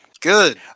Good